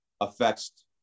affects